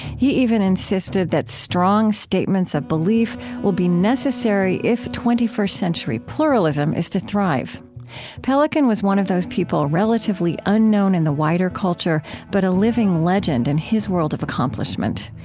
he even insisted that strong statements of belief will be necessary if twenty first century pluralism is to thrive pelikan was one of those people relatively unknown in the wider culture, but a living legend in his world of accomplishment.